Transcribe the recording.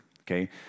okay